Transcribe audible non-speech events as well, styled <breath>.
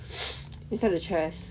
<breath> inside the chest